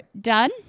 Done